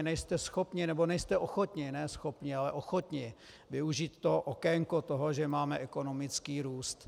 Nejste schopni, nebo nejste ochotni, ne schopni, ale ochotni využít to okénko toho, že máme ekonomický růst.